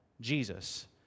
Jesus